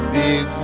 big